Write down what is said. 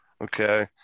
Okay